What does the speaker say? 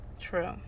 true